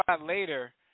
later